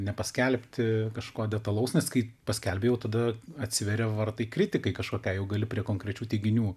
nepaskelbti kažko detalaus nes kai paskelbi jau tada atsiveria vartai kritikai kažkokiai jau gali prie konkrečių teiginių